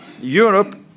Europe